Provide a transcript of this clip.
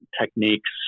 techniques